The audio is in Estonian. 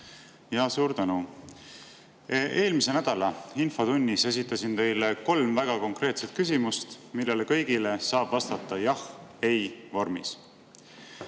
palun! Suur tänu! Eelmise nädala infotunnis esitasin ma teile kolm väga konkreetset küsimust, millele kõigile saab vastata jah-ei-vormis.